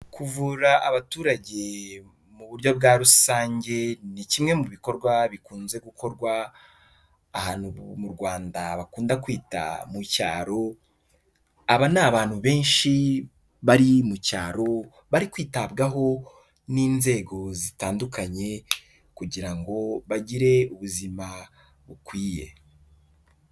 kuvura abaturage mu buryo bwa rusange, ni kimwe mu bikorwa bikunze gukorwa ahantu mu Rwanda bakunda kwita mu cyaro, aba ni abantu benshi bari mu cyaro, bari kwitabwaho n'inzego zitandukanye kugira ngo bagire ubuzima bukwiye.